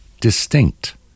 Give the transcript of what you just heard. distinct